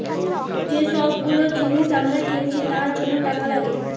যে সব গুলো জিনিস আমরা কিনছি তার জন্য টাকা লাগে